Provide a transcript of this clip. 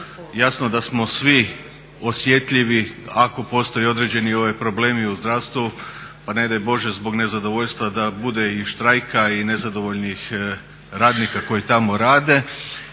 jasno da smo svi osjetljivi ako postoje određeni problemi u zdravstvu, pa ne daj bože zbog nezadovoljstva da bude i štrajka i nezadovoljnih radnika koji tamo rade